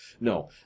No